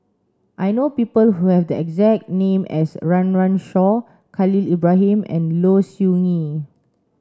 I know people who have the exact name as Run Run Shaw Khalil Ibrahim and Low Siew Nghee